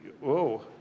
Whoa